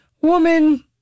woman